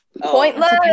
Pointless